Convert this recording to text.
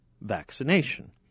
vaccination